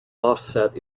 offset